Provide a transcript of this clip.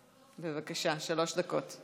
בבקשה, שלוש דקות.